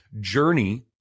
journey